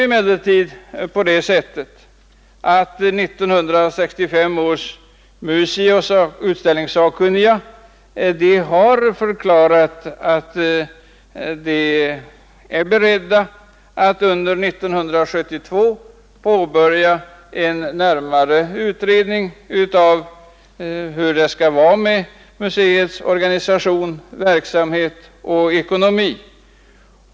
1965 års museiutställningssakkunniga har emellertid förklarat att de är beredda att under 1972 påbörja en närmare utredning av museets organisation, verksamhet och ekonomi.